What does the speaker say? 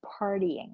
partying